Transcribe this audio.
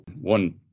one